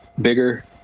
bigger